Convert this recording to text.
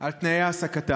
על תנאי העסקתו.